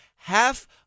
Half